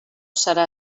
serà